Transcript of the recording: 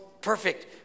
perfect